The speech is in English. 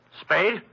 Spade